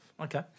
Okay